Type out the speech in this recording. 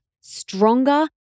stronger